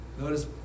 Notice